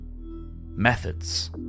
Methods